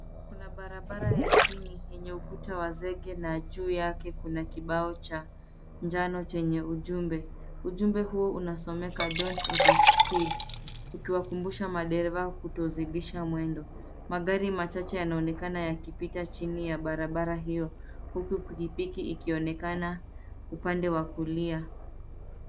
Kuna barabara ya chini yenye ukuta wa zege na juu yake kuna kibao cha njano chenye ujumbe. Ujumbe huu unasomeka dont over speed ikiwakumbusha madereva kutozidisha mwendo. Magari machache yanaonekana yakipita chini ya barabara hiyo huku piki piki ikionekana upande wa kulia.